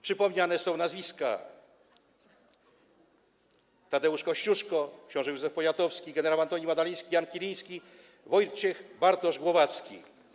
Przypominane są tu nazwiska: Tadeusz Kościuszko, książę Józef Poniatowski, gen. Antoni Madaliński, Jan Kiliński, Wojciech Bartosz Głowacki.